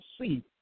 see